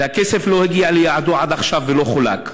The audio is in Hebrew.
והכסף לא הגיע ליעדו עד עכשיו ולא חולק.